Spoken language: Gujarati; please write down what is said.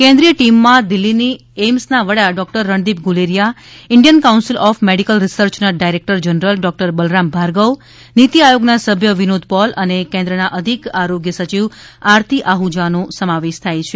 કેન્દ્રિય ટિમમાં દિલ્લી ની એઈમ્સ ના વડા doctor Randeep Guleria Indian council of medical research ના director general doctor Balram Bhargava NITI Aayog ના સભ્ય વિનોદ પોલ અને કેન્દ્ર ના અધિક આરોગ્ય સચિવ આરતી આહ્જાનો સમાવેશ થાય છે